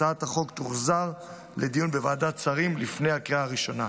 הצעת החוק תוחזר לדיון בוועדת שרים לפני הקריאה הראשונה.